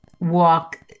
walk